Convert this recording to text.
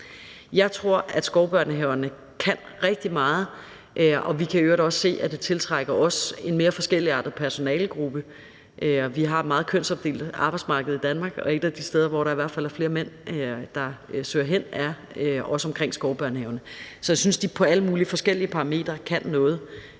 Jeg tror, at skovbørnehaverne kan rigtig meget, og vi kan i øvrigt også se, at de tiltrækker en mere forskelligartet personalegruppe. Vi har et meget kønsopdelt arbejdsmarked i Danmark, og et af de steder, hvor der i hvert fald er flere mænd, der søger hen, er skovbørnehaverne. Så jeg synes, at de på alle mulige forskellige parametre kan noget,